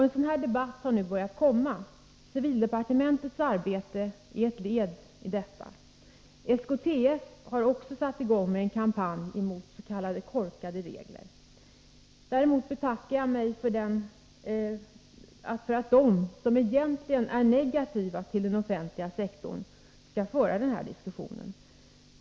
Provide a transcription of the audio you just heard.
En sådan debatt har nu börjat komma. Civildepartementets arbete är ett led i detta. SKTF har också satt i gång med en kampanj mot ”korkade” regler. Däremot betackar jag mig för att de som egentligen är negativa till den offentliga sektorn skall föra den här diskussionen.